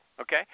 okay